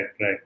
right